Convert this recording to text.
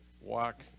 walk